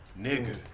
Nigga